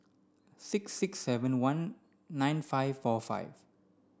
six six seven one nine five four eight